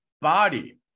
body